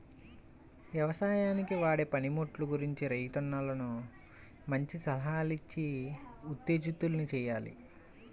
యవసాయానికి వాడే పనిముట్లు గురించి రైతన్నలను మంచి సలహాలిచ్చి ఉత్తేజితుల్ని చెయ్యాలి